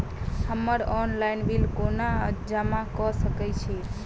हम्मर online bill कोना जमा कऽ सकय छी?